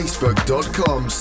Facebook.com